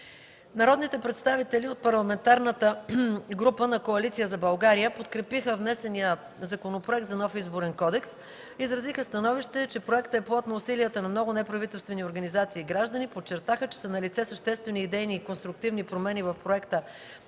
Народните представители от Парламентарната група на Коалиция за България подкрепиха внесения Законопроект за нов Изборен кодекс, изразиха становище, че проектът е плод на усилията на много неправителствени организации и граждани, подчертаха, че са налице съществени идейни и конструктивни промени в проекта